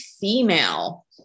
female